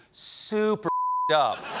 super up.